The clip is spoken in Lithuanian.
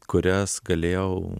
kurias galėjau